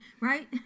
right